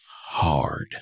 hard